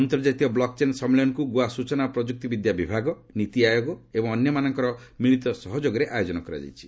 ଅନ୍ତର୍ଜାତୀୟ ବ୍ଲକ୍ଚେନ୍ ସମ୍ମିଳନୀକୁ ଗୋଆ ସ୍ଚଚନା ଓ ପ୍ରଯ୍ରକ୍ତିବିଦ୍ୟା ବିଭାଗ ନୀତି ଆୟୋଗ ଏବଂ ଅନ୍ୟମାନଙ୍କର ମିଳିତ ସହଯୋଗରେ ଆୟୋଜନ କରାଯାଇଛି